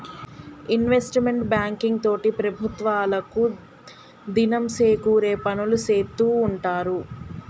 investment banking తోటి ప్రభుత్వాలకు దినం సేకూరే పనులు సేత్తూ ఉంటారు